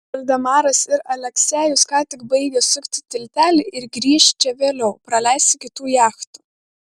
valdemaras ir aleksejus ką tik baigė sukti tiltelį ir grįš čia vėliau praleisti kitų jachtų